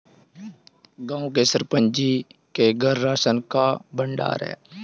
गांव के सरपंच जी के घर राशन का भंडार है